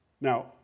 Now